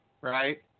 right